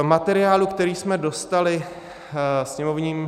V materiálu, který jsme dostali, sněmovním...